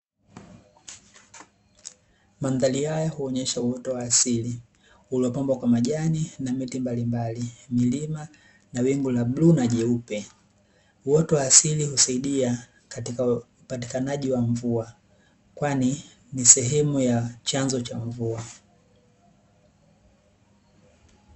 Mandhari haya huonyesha uoto wa asili uliopambwa kwa majani na miti mbalimbali, milima, na wingu la bluu na jeupe. Uoto wa asili husaidia katika upatikanaji wa mvua, kwani ni sehemu ya chanzo cha mvua.